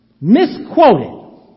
Misquoted